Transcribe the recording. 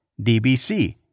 DBC